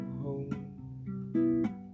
home